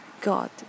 God